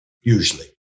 usually